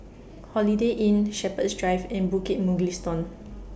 Holiday Inn Shepherds Drive and Bukit Mugliston